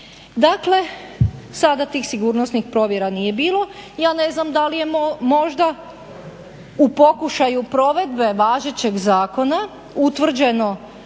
Dakle, sada tih sigurnosnih provjera nije bilo. Ja ne znam da li je možda u pokušaju provedbe važećeg zakon utvrđeno